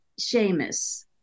Seamus